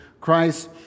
Christ